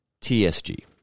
TSG